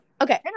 Okay